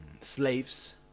slaves